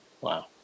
Wow